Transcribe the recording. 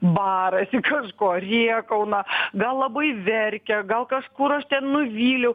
barasi kažko rėkauna gal labai verkia gal kažkur aš nuvyliau